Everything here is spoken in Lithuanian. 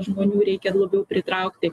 žmonių reikia labiau pritraukti